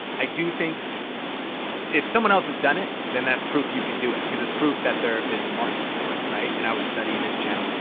i do think if someone else has done it, then that's proof you can do it. cause it's proof that there is a market for it and i would study this channel.